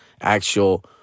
actual